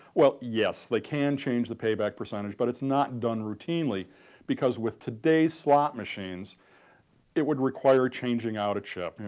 well yes, they can change the payback percentage but it's not done routinely because with today's slot machines it would require changing out a chip,